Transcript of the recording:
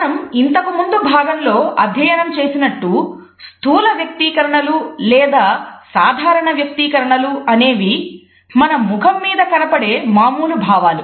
మనం ఇంతకుముందు భాగంలో అధ్యయనం చేసినట్టు స్థూల వ్యక్తీకరణలు లేదా సాధారణ వ్యక్తీకరణలు అనేవి మన ముఖం మీద కనపడే మామూలు భావాలు